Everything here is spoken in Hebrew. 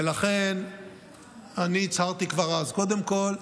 ולכן אני הצהרתי כבר אז: קודם כול,